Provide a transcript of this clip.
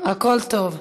הכול טוב.